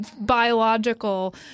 biological